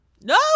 No